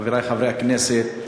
חברי חברי הכנסת,